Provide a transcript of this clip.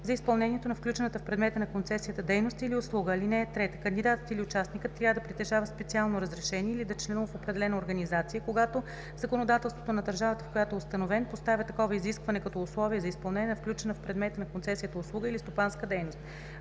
за изпълнението на включена в предмета на концесията дейност или услуга. (3) Кандидатът или участникът трябва да притежава специално разрешение или да членува в определена организация, когато законодателството на държавата, в която е установен, поставя такова изискване като условие за изпълнение на включена в предмета на концесията услуга или стопанска дейност.